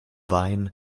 wein